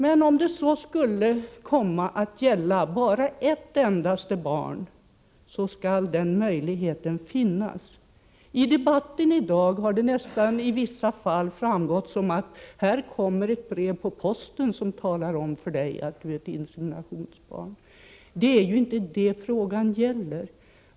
Men om det så skulle komma att gälla ett enda barn skall denna möjlighet att forska efter sitt ursprung finnas. I dagens debatt har somliga talare mer eller mindre uttryckt saken så att det kommer ett brev på posten som talar om för barnet att det har tillkommit genom insemination. Det är ju inte det frågan gäller.